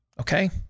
Okay